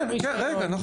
כן, רגע, נכון.